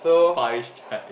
Paris-Chai